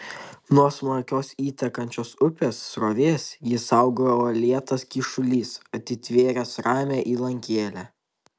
nuo smarkios įtekančios upės srovės jį saugojo uolėtas kyšulys atitvėręs ramią įlankėlę